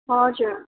हजुर